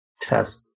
test